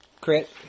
Crit